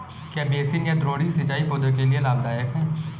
क्या बेसिन या द्रोणी सिंचाई पौधों के लिए लाभदायक है?